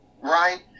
Right